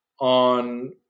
on